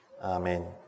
Amen